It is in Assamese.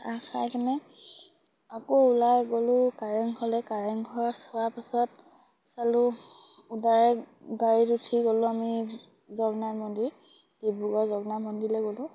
চাহ খাই কিনে আকৌ ওলাই গ'লোঁ কাৰেংঘৰলে কাৰেংঘৰ চোৱাৰ পাছত চালোঁ ডাইৰেক্ট গাড়ীত উঠি গ'লোঁ আমি জগন্নাথ মন্দিৰ ডিব্ৰুগড় জগন্নাথ মন্দিৰলে গ'লোঁ